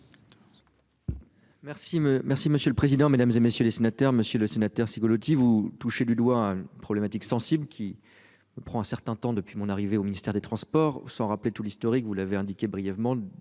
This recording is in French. merci monsieur le président, Mesdames, et messieurs les sénateurs, Monsieur le Sénateur Cigolotti vous touchez du doigt problématique sensible qui. Prend un certain temps depuis mon arrivée au ministère des Transports où sans rappeler tout l'historique, vous l'avez indiqué brièvement